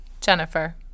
Jennifer